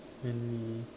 lend me